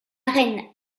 reine